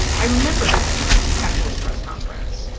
i remember the headlines after this press conference, yeah